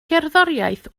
gerddoriaeth